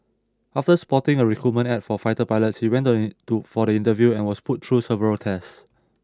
after spotting a recruitment ad for fighter pilots he went to for the interview and was put through several tests